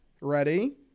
ready